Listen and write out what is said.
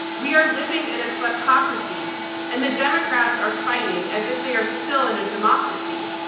we are living in a kleptocracy and the democrats are fighting as if they are still in a democracy,